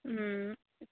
ಹ್ಞೂ